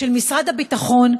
של משרד הביטחון,